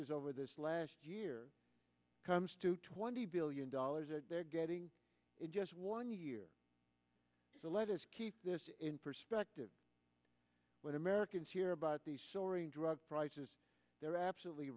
prices over this last year comes to twenty billion dollars that they're getting in just one year so let us keep this in perspective when americans hear about these soaring drug prices they're absolutely